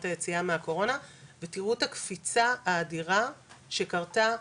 היציאה מהקורונה ותראו את הקפיצה האדירה שקרתה בשנת,